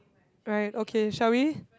right okay shall we